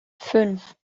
fünf